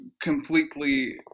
completely